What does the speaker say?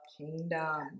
kingdom